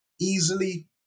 easily